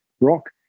rock